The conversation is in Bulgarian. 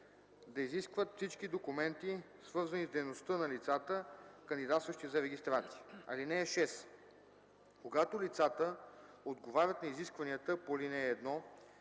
да изискват всички документи, свързани с дейността на лицата, кандидатстващи за регистрация. (6) Когато лицата отговарят на изискванията по ал. 1,